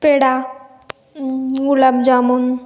peda gulab jamun